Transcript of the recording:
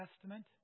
Testament